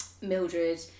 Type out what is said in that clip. Mildred